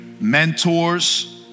mentors